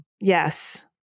Yes